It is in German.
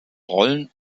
rollen